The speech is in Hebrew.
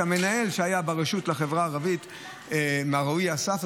את המנהל שהיה ברשות לחברה הערבית מר רועי אסף,